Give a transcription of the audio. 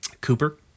Cooper